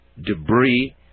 debris